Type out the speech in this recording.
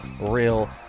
real